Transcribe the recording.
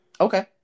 Okay